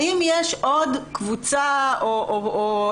האם יש עוד קבוצה שמוכר